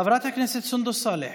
חברת הכנסת סונדוס סאלח.